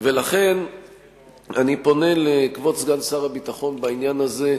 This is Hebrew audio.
ולכן אני פונה לכבוד סגן שר הביטחון בעניין הזה,